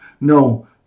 No